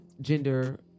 gender